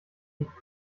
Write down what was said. liegt